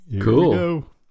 Cool